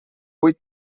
vuit